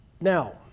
Now